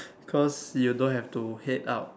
cause you don't have to head out